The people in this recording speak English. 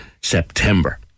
September